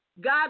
God